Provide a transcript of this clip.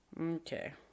Okay